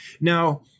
Now